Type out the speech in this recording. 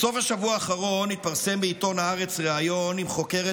בסוף השבוע האחרון התפרסם בעיתון הארץ ריאיון עם חוקרת